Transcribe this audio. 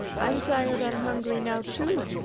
i'm tired and hungry now, too,